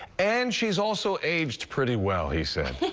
and she's also aged pretty well, he said.